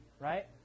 right